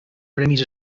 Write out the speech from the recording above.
premis